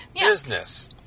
business